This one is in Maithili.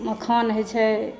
मखान होइ छै